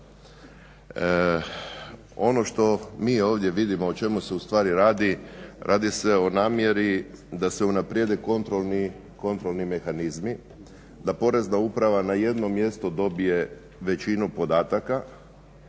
Ono što mi ovdje vidimo o čemu se u stvari radi, radi se o namjeri da se unaprijede kontrolni mehanizmi, da Porezna uprava na jednom mjestu dobije većinu podataka,